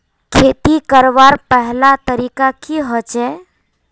खेती करवार पहला तरीका की होचए?